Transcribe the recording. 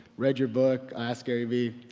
read your book, askgaryvee,